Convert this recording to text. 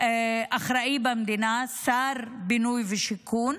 כאחראי במדינה, שר בינוי ושיכון,